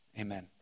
amen